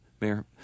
Mayor